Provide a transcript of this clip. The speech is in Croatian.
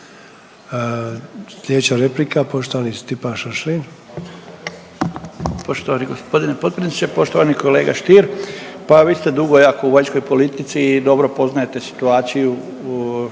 Slijedeća replika poštovani Stipan Šašlin.